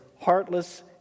heartless